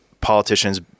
politicians